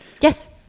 yes